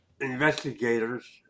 investigators